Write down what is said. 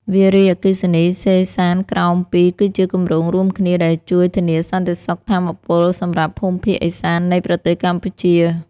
វារីអគ្គិសនីសេសានក្រោម ២ គឺជាគម្រោងរួមគ្នាដែលជួយធានាសន្តិសុខថាមពលសម្រាប់ភូមិភាគឥសាន្តនៃប្រទេសកម្ពុជា។